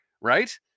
right